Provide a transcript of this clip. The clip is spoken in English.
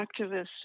activists